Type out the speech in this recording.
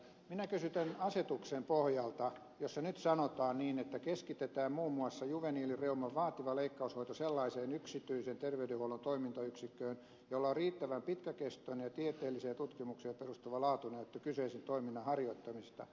minä kysyn tämän asetuksen pohjalta jossa nyt sanotaan niin että keskitetään muun muassa juveniilireuman vaativa leikkaushoito sellaiseen yksityisen terveydenhuollon toimintayksikköön jolla on riittävän pitkäkestoinen ja tieteelliseen tutkimukseen perustuva laatunäyttö kyseisen toiminnan harjoittamisesta